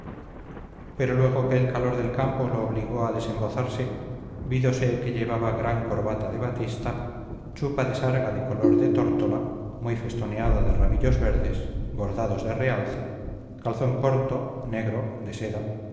pero luego que el calor del campo lo obligó a desembozarse vídose que llevaba gran corbata de batista chupa de sarga de color de tórtola muy festoneada de ramillos verdes bordados de realce calzón corto negro de seda